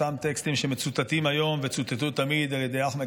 אותם טקסטים שמצוטטים היום וצוטטו תמיד על ידי אחמד